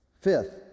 Fifth